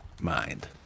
mind